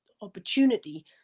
opportunity